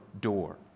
door